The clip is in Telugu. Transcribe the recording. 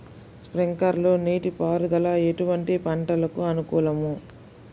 స్ప్రింక్లర్ నీటిపారుదల ఎటువంటి పంటలకు అనుకూలము?